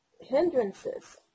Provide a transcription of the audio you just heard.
hindrances